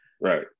Right